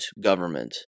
government